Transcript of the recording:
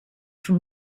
from